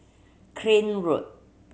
Craig Road